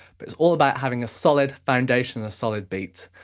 but it's all about having a solid foundation and solid beats.